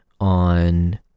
on